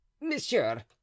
monsieur